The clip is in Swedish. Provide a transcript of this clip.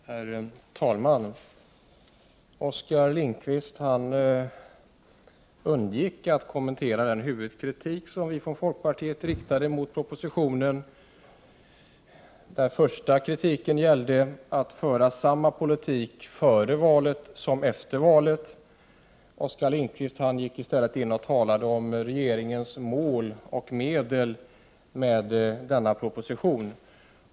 Herr talman! Oskar Lindkvist undvek att kommentera den huvudkritik som vi från folkpartiet riktade mot propositionen. Den först framförda kritiken gällde att man skall föra samma politik före valet som efter valet. Oskar Lindkvist gick i stället in och talade om de mål och de medel regeringen hade med denna proposition.